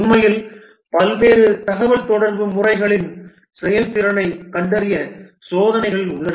உண்மையில் பல்வேறு தகவல்தொடர்பு முறைகளின் செயல்திறனைக் கண்டறிய சோதனைகள் உள்ளன